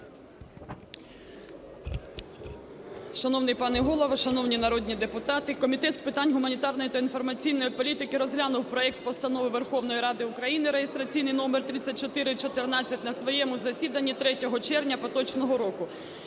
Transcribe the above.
Шановний пане Голово, шановні народні депутати, Комітет з питань гуманітарної та інформаційної політики розглянув проект Постанови Верховної Ради України (реєстраційний номер 3414) на своєму засіданні 3 червня поточного року.